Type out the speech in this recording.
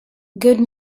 good